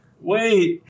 wait